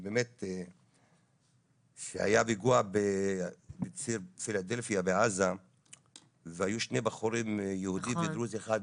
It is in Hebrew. היה פיגוע בציר פילדלפיה בעזה והיו שני בחורים יהודים ודרוזי אחד בטנק.